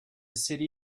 city